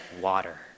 water